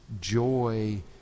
joy